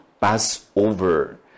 Passover